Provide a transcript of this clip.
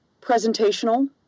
presentational